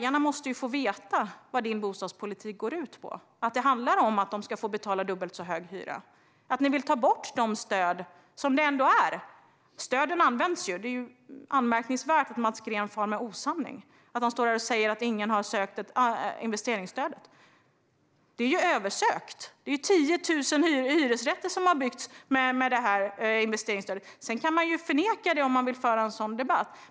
Väljarna måste få veta vad din politik går ut på - att de ska få betala dubbelt så hög hyra. Ni vill ta bort de stöd som finns. Stöden används ju; det är anmärkningsvärt att Mats Green far med osanning om detta. Han säger att ingen har sökt investeringsstöd. Det är ju översökt! Det är 10 000 hyresrätter som har byggts med investeringsstöd. Sedan kan man förneka det om man vill föra en sådan debatt.